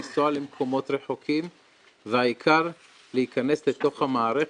לנסוע למקומות רחוקים והעיקר להיכנס לתוך המערכת,